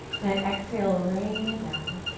then exhale, rain it down.